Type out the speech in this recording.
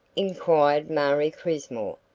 inquired marie crismore,